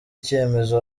icyemezo